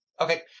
Okay